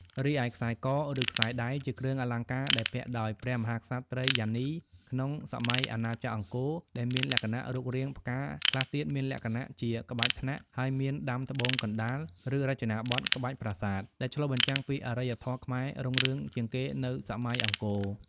រីឯខ្សែក ឬខ្សែដៃជាគ្រឿងអលង្ការដែលពាក់ដោយព្រះមហាក្សត្រិយានីក្នុងសម័យអាណាចក្រអង្គរដែលមានលក្ខណៈរូបរាងផ្កា ខ្លះទៀតមានលក្ខណៈជាក្បាច់ថ្នាក់ហើយមានដាំត្បូងកណ្តាលឬរចនាតាមក្បាច់ប្រាសាទ ដែលឆ្លុះបញ្ចាំពីអរិយធម៌ខ្មែររុងរឿងជាងគេនៅសម័យអង្គរ។